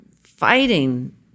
fighting